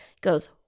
goes